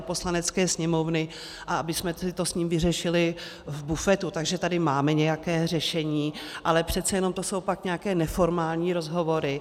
Poslanecké sněmovny a abychom si to s ním vyřešili v bufetu, takže tady máme nějaké řešení, ale přece jenom to jsou pak nějaké neformální rozhovory.